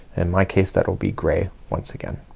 in my case that'll be gray once again.